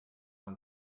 man